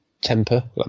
Temper